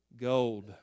Gold